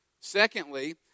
Secondly